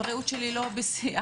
הבריאות שלי לא בשיאה